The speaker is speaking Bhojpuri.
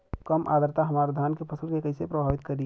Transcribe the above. कम आद्रता हमार धान के फसल के कइसे प्रभावित करी?